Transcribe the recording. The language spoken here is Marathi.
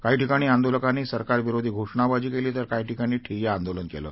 काही ठिकाणी आंदोलकांनी सरकारविरोधी घोषणाबाजी केली तर काही ठिकाणी ठिय्या आंदोलन केलं